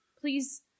Please